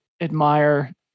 admire